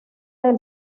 del